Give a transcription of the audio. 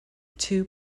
two